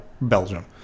Belgium